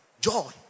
joy